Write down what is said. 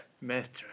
master